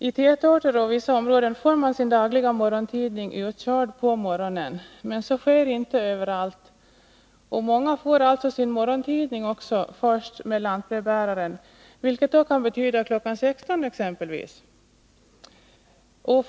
I tätorter och vissa områden får man sin dagliga morgontidning utkörd på morgonen, men så sker inte överallt och många får alltså sin morgontidning först med lantbrevbäraren, vilket då kan betyda exempelvis kl. 16.